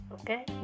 Okay